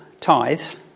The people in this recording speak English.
tithes